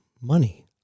money